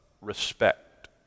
respect